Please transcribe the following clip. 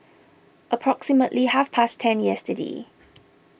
approximately half past ten yesterday